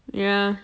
ya